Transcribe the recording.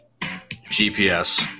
GPS